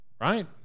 right